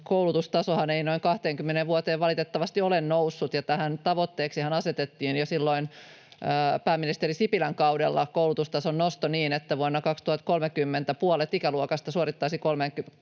koulutustasohan ei noin 20 vuoteen valitettavasti ole noussut, ja tähänhän tavoitteeksi asetettiin jo silloin pääministeri Sipilän kaudella koulutustason nosto niin, että vuonna 2030 puolet ikäluokasta suorittaisi